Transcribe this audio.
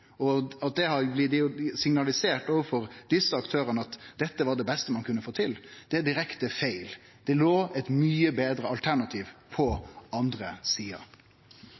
At det har blitt signalisert overfor dessa aktørane at dette var det beste ein kunne få til, er direkte feil. Eit mykje betre alternativ låg på den andre